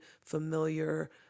familiar